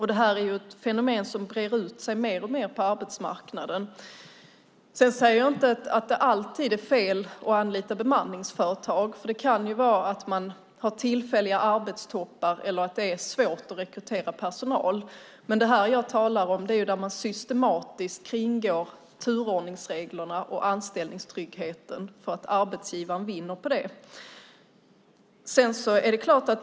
Det är ett fenomen som brer ut sig mer och mer på arbetsmarknaden. Jag säger inte att det alltid är fel att anlita bemanningsföretag. Man kan ha tillfälliga arbetstoppar eller svårt att rekrytera personal. Det jag talar om är när man systematiskt kringgår turordningsreglerna och anställningstryggheten för att arbetsgivaren vinner på det.